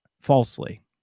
falsely